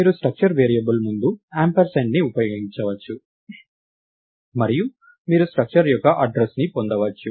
మీరు structure variable ముందు యాంపర్సండ్ని ఉంచవచ్చు మరియు మీరు స్ట్రక్చర్ యొక్క అడ్డ్రస్ ను పొందవచ్చు